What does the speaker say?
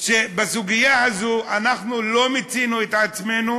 שבסוגיה הזאת אנחנו לא מיצינו את עצמנו